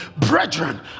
brethren